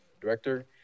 director